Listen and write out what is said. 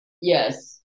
Yes